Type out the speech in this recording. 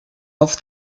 auf